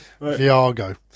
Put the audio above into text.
Viago